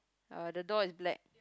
uh the door is black